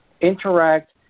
interact